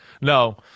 No